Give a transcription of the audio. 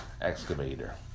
excavator